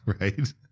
right